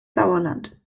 sauerland